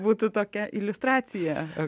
būtų tokia iliustracija